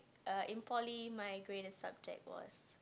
err in poly my graded subject was